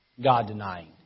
God-denying